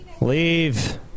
Leave